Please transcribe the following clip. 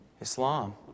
Islam